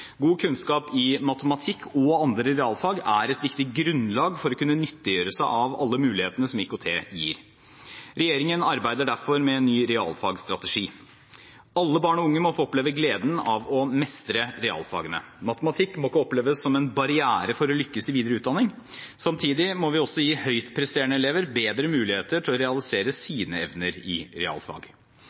gir. Regjeringen arbeider derfor med en ny realfagstrategi. Alle barn og unge må få oppleve gleden av å mestre realfagene. Matematikk må ikke oppleves som en barriere for å lykkes i videre utdanning. Samtidig må vi også gi høyt presterende elever bedre muligheter til å realisere sine evner i realfag.